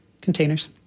containers